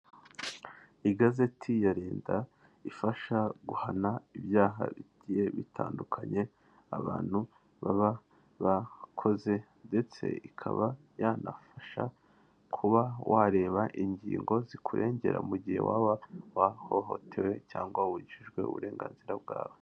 Igazeti ya leta ifasha guhana ibyaha bigiye bitandukanye, abantu baba bakoze, ndetse ikaba yanafasha kuba wareba ingingo zikurengera mu gihe waba wahohotewe, cyangwa wabujijwe uburenganzira bwawe.